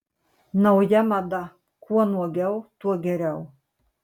nauja mada kuo nuogiau tuo geriau